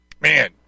Man